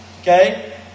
Okay